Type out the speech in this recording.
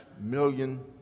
million